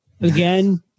again